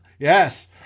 Yes